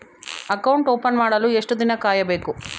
Account open ಮಾಡಲು ಎಷ್ಟು ದಿನ ಕಾಯಬೇಕು?